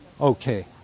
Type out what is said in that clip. Okay